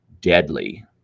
deadly